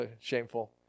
shameful